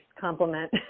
compliment